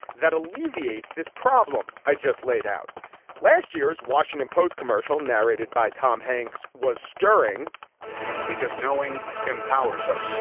that alleviates this problem. i just laid out last year's washington post commercial narrated by tom hanks was stirring because knowing empowers us.